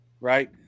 right